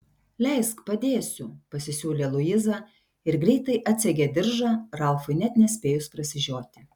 leisk padėsiu pasisiūlė luiza ir greitai atsegė diržą ralfui net nespėjus prasižioti